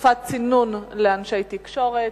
תקופת צינון לאנשי תקשורת).